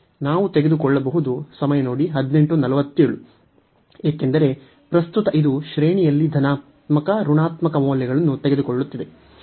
ನಾವು ತೆಗೆದುಕೊಳ್ಳಬಹುದು ಏಕೆಂದರೆ ಪ್ರಸ್ತುತ ಇದು ಶ್ರೇಣಿಯಲ್ಲಿ ಧನಾತ್ಮಕ ಋಣಾತ್ಮಕ ಮೌಲ್ಯಗಳನ್ನು ತೆಗೆದುಕೊಳ್ಳುತ್ತಿದೆ